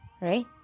right